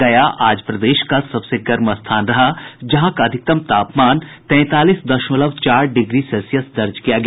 गया आज प्रदेश का सबसे गर्म स्थान रहा जहां का अधिकतम तापमान तैंतालीस दशमलव चार डिग्री सेल्सियस दर्ज किया गया